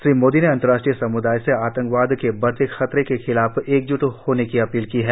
श्री मोदी ने अंतर्राष्ट्रीय सम्दाय से आतंकवाद के बढते खतरे के खिलाफ एकज्ट होने की अपील की है